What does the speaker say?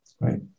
right